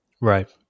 Right